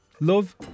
Love